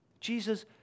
Jesus